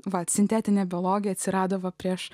vat sintetinė biologija atsirado prieš